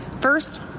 First